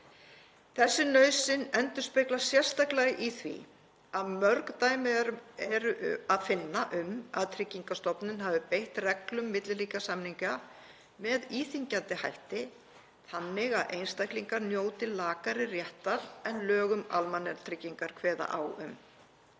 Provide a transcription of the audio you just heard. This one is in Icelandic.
Þessi nauðsyn endurspeglast sérstaklega í því að mörg dæmi er að finna um að Tryggingastofnun hafi beitt reglum milliríkjasamninga með íþyngjandi hætti þannig að einstaklingar njóti lakari réttar en lög um almannatryggingar kveða á um.